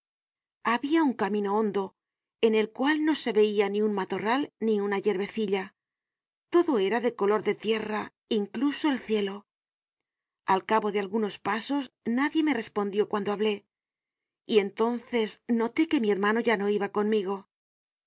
habia un camino hondo en el cual no se veia ni un matorral ni una yerbecilla todo era de color de tierra incluso el cielo al cabo de algunos pasos nadie me respondió cuando hablé y entonces noté que mi hermano ya no iba conmigo